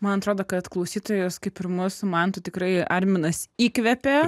man atrodo kad klausytojus kaip ir mus su mantu tikrai arminas įkvėpė